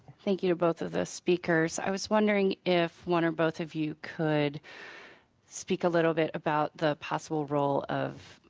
thank you to both of the speakers. i was wondering if one or both of you could speak a little bit about the possible role of